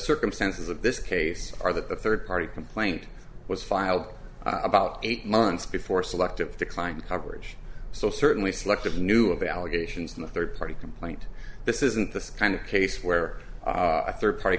circumstances of this case are that the third party complaint was filed about eight months before selective declined coverage so certainly selective knew of allegations in the third party complaint this isn't the kind of case where a third party